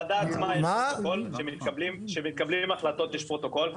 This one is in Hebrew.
הוועדה עצמה, כשמתקבלות החלטות יש פרוטוקול?